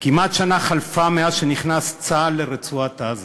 כמעט שנה חלפה מאז נכנס צה"ל לרצועת-עזה,